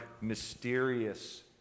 mysterious